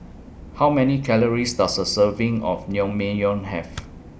How Many Calories Does A Serving of Naengmyeon Have